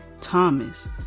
Thomas